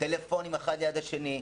טלפונים אחד ליד השני,